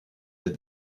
des